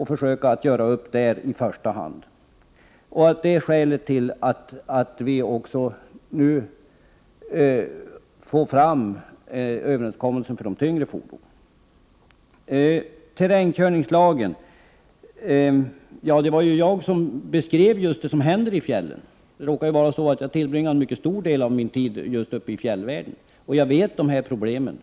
Det är skälet till att det är angeläget att också träffa en överenskommelse beträffande de tyngre fordonens avgasutsläpp. Så till frågan om terrängkörningslagen. Det var jag som beskrev vad som händer i fjällen. Det är riktigt att jag tillbringar en mycket stor del av min tid uppe i fjällvärlden, och jag känner väl till problemen.